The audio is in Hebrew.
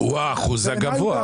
הוא האחוז הגבוה.